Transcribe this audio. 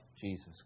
Jesus